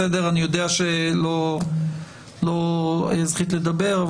אני יודע שלא זכית לדבר,